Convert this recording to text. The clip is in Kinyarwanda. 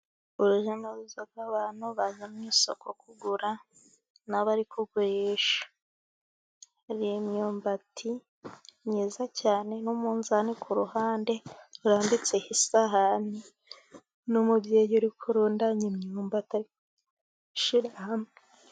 Urujya n'uruza rw'abantu baza mu isoko kugura n'abari kugurisha, hari imyumbati myiza cyane n'umunzani ku ruhande urambitseho isahani, n'umubyeyi uri kurundanya imyumbati ari kuyishyira hamwe.